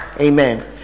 amen